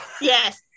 Yes